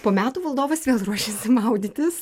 po metų valdovas vėl ruošėsi maudytis